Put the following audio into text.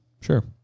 Sure